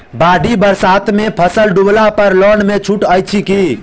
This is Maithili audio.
बाढ़ि बरसातमे फसल डुबला पर लोनमे छुटो अछि की